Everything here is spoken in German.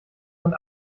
und